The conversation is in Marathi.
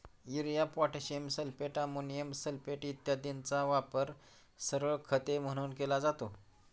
urea, potassium sulphate, ammonium sulphate इत्यादींचा वापर सरळ खते म्हणून केला जातो